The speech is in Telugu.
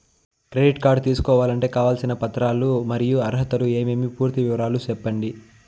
క్రెడిట్ కార్డు తీసుకోవాలంటే కావాల్సిన పత్రాలు మరియు అర్హతలు ఏమేమి పూర్తి వివరాలు సెప్పండి?